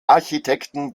architekten